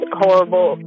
horrible